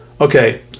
okay